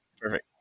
Perfect